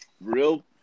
real